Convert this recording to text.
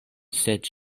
sed